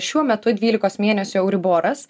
šiuo metu dvylikos mėnesių euriboras